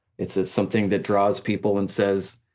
it's it's something that draws people and says